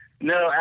No